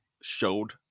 showed